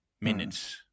minutes